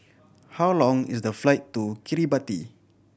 how long is the flight to Kiribati